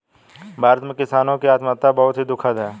भारत में किसानों की आत्महत्या बहुत ही दुखद है